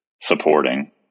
supporting